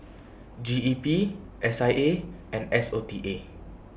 G E P S I A and S O T A